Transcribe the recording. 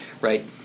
right